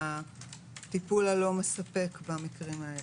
הטיפול הלא מספק במקרים האלה.